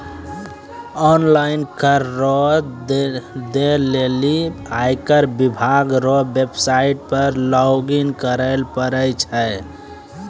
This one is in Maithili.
ऑनलाइन कर रो दै लेली आयकर विभाग रो वेवसाईट पर लॉगइन करै परै छै